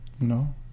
No